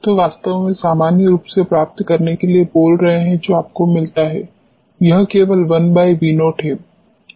तो वास्तव में सामान्य रूप से प्राप्त करने के लिए बोल रहे हैं और जो आपको मिलता है वह केवल 1V0 है